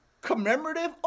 Commemorative